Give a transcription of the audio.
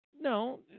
No